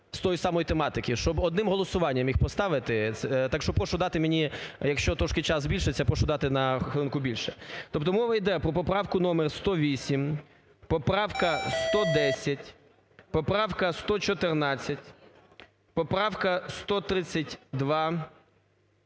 з тої самої тематики, щоб одним голосуванням їх поставити. Так що прошу дати мені, якщо трішки час збільшиться, я прошу дати на хвилинку більше. Тобто мова йде про поправку номер 108, поправка 110, поправка 114, поправка 132,